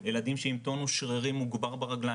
ילדים שעם טונוס שרירים מוגבר ברגליים.